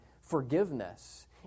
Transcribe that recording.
forgiveness